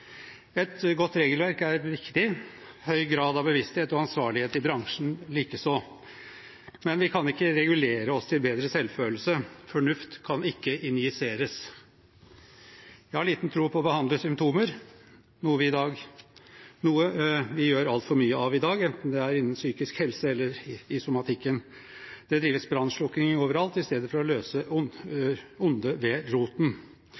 Et godt regelverk er viktig, høy grad av bevissthet og ansvarlighet i bransjen likeså. Men vi kan ikke regulere oss til bedre selvfølelse, fornuft kan ikke injiseres. Jeg har liten tro på å behandle symptomer, noe vi gjør altfor mye av i dag, enten det er innen psykisk helse eller i somatikken. Det drives brannslukking overalt i stedet for å ta ondet ved roten.